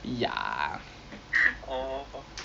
ya